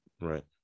right